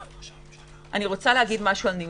ניהול סיכונים,